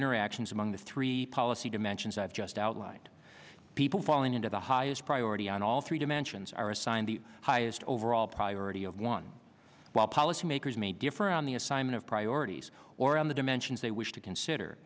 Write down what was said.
interactions among the three policy dimensions i've just outlined people falling into the highest priority on all three dimensions are assigned the highest overall priority of one while policymakers may differ on the assignment of priorities or on the dimensions they wish to consider